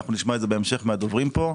ואנחנו נשמע את זה בהמשך מהדוברים פה,